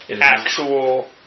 actual